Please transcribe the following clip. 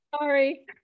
Sorry